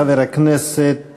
חבר הכנסת